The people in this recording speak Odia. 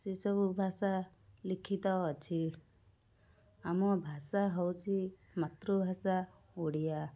ଏସବୁ ଭାଷା ଲିଖିତ ଅଛି ଆମ ଭାଷା ହେଉଛି ମାତୃଭାଷା ଓଡ଼ିଆ